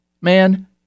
Man